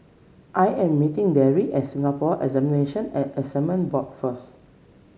I am meeting Darry at Singapore Examinations and Assessment Board first